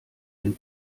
den